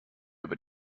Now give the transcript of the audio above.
über